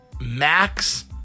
Max